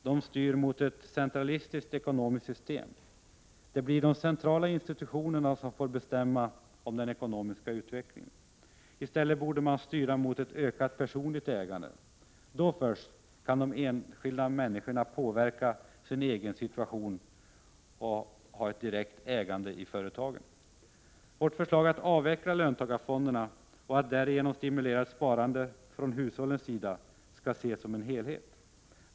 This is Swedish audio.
De styr mot ett centralistiskt ekonomiskt system. Det blir de centrala institutionerna som får bestämma om den ekonomiska utvecklingen. I stället borde man styra i riktning mot ett ökat personligt ägande. Då kan de enskilda människorna påverka sin egen situation och ha ett direkt ägande i företagen. Vårt förslag att avveckla löntagarfonderna och därigenom stimulera ett sparande från hushållens sida skall ses som en helhet.